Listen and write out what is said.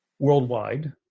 Worldwide